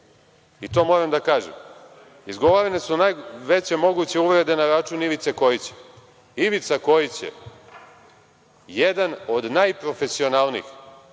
i to moram da kažem. Izgovorene su najveće moguće uvrede na račun Ivice Kojića. Ivica Kojić je jedan od najprofesionalnijih